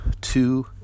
two